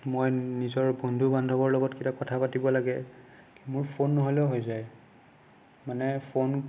মই নিজৰ বন্ধু বান্ধৱৰ লগত কেতিয়াবা কথা পাতিব লাগে মোৰ ফোন নহ'লেওঁ হৈ যায় মানে ফোন